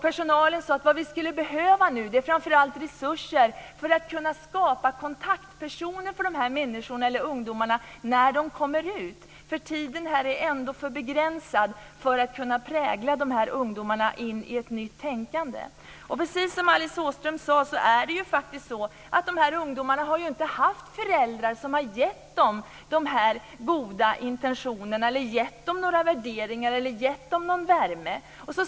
Personalen sade: Det vi skulle behöva nu är framför allt resurser för att skapa kontaktpersoner för ungdomarna när de kommer ut. Tiden här är ändå för begränsad för att man ska kunna prägla ungdomarna in i ett nytt tänkande. Precis som Alice Åström sade är det ju faktiskt så att ungdomarna inte har haft föräldrar som har gett dem goda intentioner, värderingar eller värme.